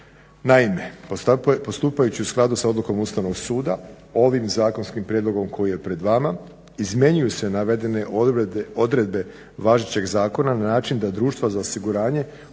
Naime, postupajući u skladu sa odlukom Ustavnog suda ovim zakonskim prijedlogom koji je pred vama izmjenjuju se navedene odredbe važećeg zakona na način da društva za osiguranje